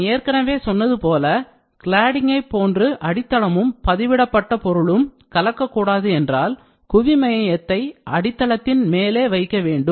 நான் ஏற்கனவே சொன்னது போல கிளாடிங்கை போன்று அடித்தளமும் பதிவிடப்பட்ட பொருளும் கலக்கக்கூடாது என்றால் குவி மையத்தை அடித்தளத்தின் மேலே வைக்க வேண்டும்